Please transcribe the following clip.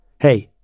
Hey